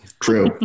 true